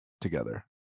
together